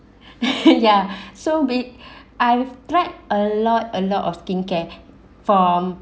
ya so big I've tried a lot a lot of skincare from